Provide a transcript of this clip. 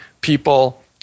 people